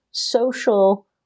social